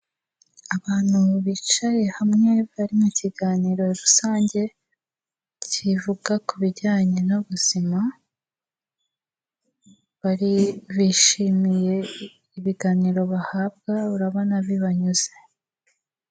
Abantu bicaye hamwe bari mu kiganiro rusange, kivuga ku bijyanye n'ubuzima, bari bishimiye ibiganiro bahabwa, urabona bibanyuze.